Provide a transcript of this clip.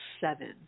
seven